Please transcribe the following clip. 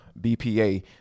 bpa